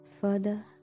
further